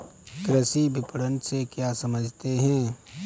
कृषि विपणन से क्या समझते हैं?